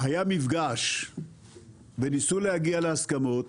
מפגש וניסו להגיע להסכמות.